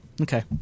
Okay